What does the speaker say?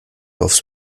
aufs